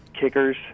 kickers